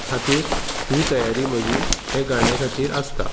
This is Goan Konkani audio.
खातीर ही तयारी म्हजी हे गाण्या खातीर आसता